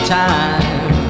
time